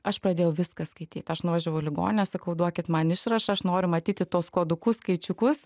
aš pradėjau viską skaityt aš nuvažiavau į ligoninę sakau duokit man išrašą aš noriu matyti tuos kuodukus skaičiukus